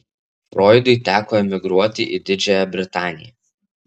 froidui teko emigruoti į didžiąją britaniją